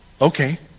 okay